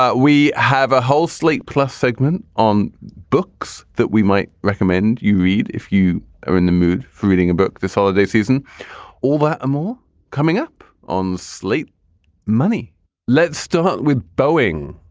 ah we have a whole slate plus segment on books that we might recommend you read. if you are in the mood for reading a book this holiday season over a more coming up on slate money let's start with boeing.